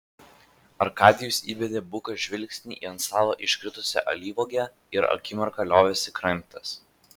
arkadijus įbedė buką žvilgsnį į ant stalo iškritusią alyvuogę ir akimirką liovėsi kramtęs